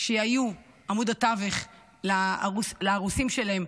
שהיו עמוד התווך לארוסים שלהן,